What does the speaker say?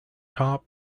top